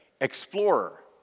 explorer